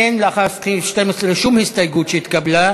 אין לאחרי סעיף 12 שום הסתייגות שהתקבלה,